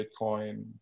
Bitcoin